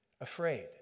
afraid